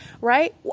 Right